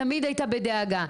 תמיד הייתה בדאגה,